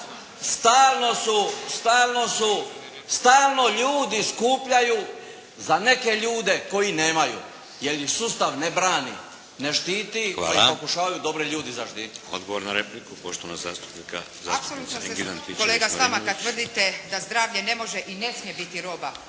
dakle, stalno su, stalno ljudi skupljaju za neke ljude koji nemaju, jer ih sustav ne brani, ne štiti, koje pokušavaju dobri ljudi zaštiti.